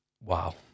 wow